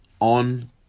On